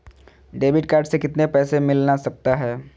Debit card से कितने पैसे मिलना सकता हैं?